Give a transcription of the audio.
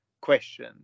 question